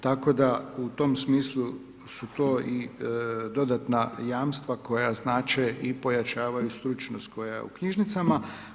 Tako da u tom smislu su to i dodatna jamstva koja znače i pojačavaju stručnost koja je u knjižnicama.